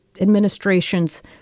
administration's